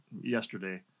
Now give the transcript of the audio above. yesterday